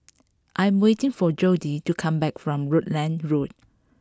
I am waiting for Jodie to come back from Rutland Road